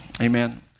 amen